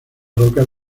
rocas